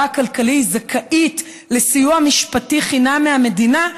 הכלכלי היא זכאית לסיוע משפטי חינם מהמדינה,